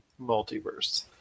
Multiverse